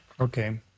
Okay